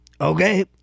Okay